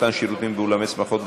מתן שירותים באולמי שמחות,